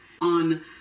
on